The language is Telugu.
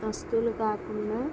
వస్తువులు కాకుండా